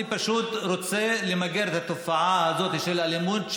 אני פשוט רוצה למגר את התופעה הזאת של אלימות.